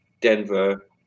Denver